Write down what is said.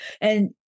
And-